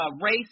race